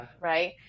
right